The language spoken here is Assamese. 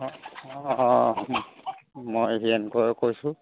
অঁ মই হীৰেণ কোঁৱৰে কৈছোঁ